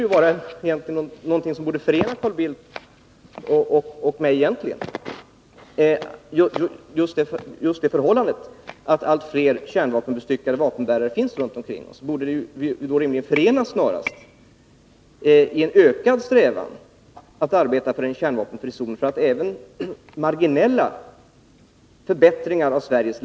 Just det förhållandet att allt fler kärnvapenbestyckade vapenbärare finns runt omkring oss borde rimligen snarast förena Carl Bildt och mig i en ökad strävan att arbeta för en kärnvapenfri zon.